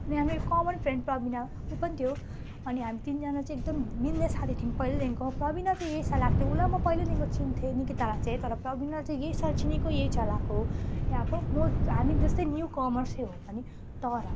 अनि हामी common friend Pravina पनि थियो अनि हामी तिनजना चाहिँ एकदम मिल्ने साथी थियौँ पहिलैदेखिको प्रविना चाहिँ यही साल आएको थियो उसलाई म पहिल्यैदेखिको चिन्थेँ निकितालाई चाहिँ तर प्रविना चाहिँ यही साल चिनेको यही साल आएको हो यहाँ आएको म हामी जस्तै न्यू कमर्सै हो ऊ पनि तर